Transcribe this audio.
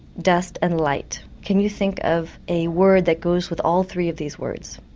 dust and light, can you think of a word that goes with all three of these words.